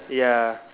ya